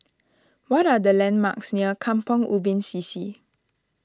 what are the landmarks near Kampong Ubi CC